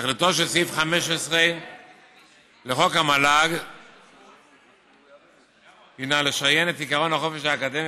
תכליתו של סעיף 15 לחוק המל"ג היא לשריין את עקרון החופש האקדמי